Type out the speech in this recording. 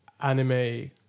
anime